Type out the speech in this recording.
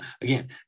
again